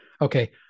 Okay